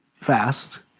fast